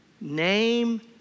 name